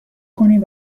کنیم